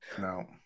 no